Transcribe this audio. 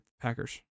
Packers